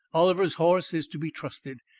oliver's horse is to be trusted,